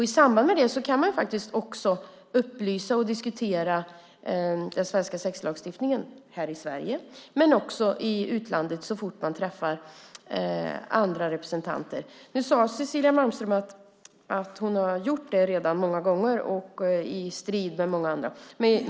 I samband med det kan man upplysa om och diskutera den svenska sexlagstiftningen här i Sverige men också i utlandet så fort man träffar andra representanter. Cecilia Malmström sade att hon har gjort det många gånger i strid med många andra.